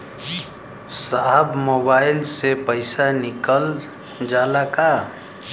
साहब मोबाइल से पैसा निकल जाला का?